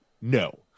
No